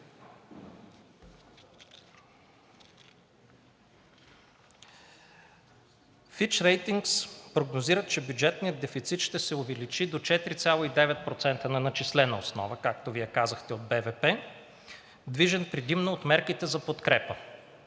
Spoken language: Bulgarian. Ratings прогнозират, че бюджетният дефицит ще се увеличи до 4,9% на начислена основа, както Вие казахте, от БВП, движен предимно от мерките за подкрепа.